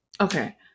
Okay